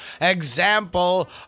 example